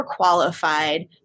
overqualified